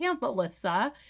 Melissa